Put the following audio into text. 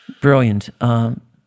brilliant